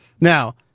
Now